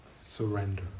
surrender